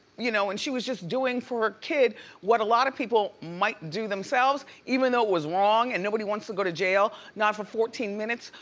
you know and she was just doing for her kid what a lot of people might do themselves even though it was wrong and nobody wants to go to jail, not for fourteen fourteen minutes,